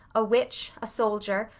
a witch, a soldier,